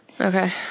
Okay